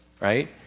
right